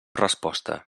resposta